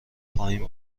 پایین